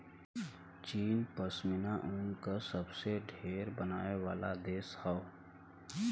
चीन पश्मीना ऊन क सबसे ढेर बनावे वाला देश हौ